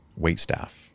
waitstaff